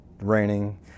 raining